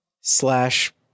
slash